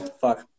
fuck